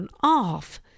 off